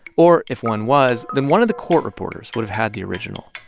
or if one was, then one of the court reporters would have had the original.